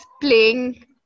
playing